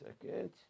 second